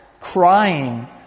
crying